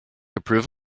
approve